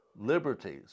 liberties